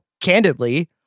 candidly